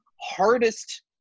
hardest